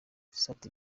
sat